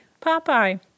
Popeye